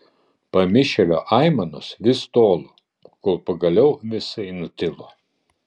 pamišėlio aimanos vis tolo kol pagaliau visai nutilo